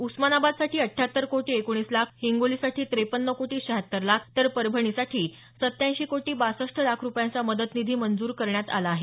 उस्मानाबादसाठी अठ्ठ्याहत्तर कोटी एकोणीस लाख हिंगोलीसाठी त्रेपन्न कोटी श्यहात्तर लाख तर परभणीसाठी सत्त्याऐँशी कोटी बासष्ट लाख रुपयांचा मदत निधी मंजूर करण्यात आला आहे